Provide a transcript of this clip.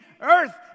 earth